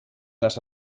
les